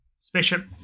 spaceship